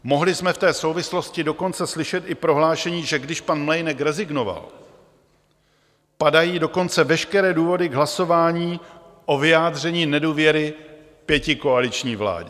Mohli jsme v té souvislosti dokonce slyšet i prohlášení, že když pan Mlejnek rezignoval, padají dokonce veškeré důvody k hlasování o vyjádření nedůvěry pětikoaliční vládě.